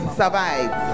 survive